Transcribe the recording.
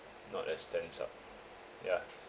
not as tense up yeah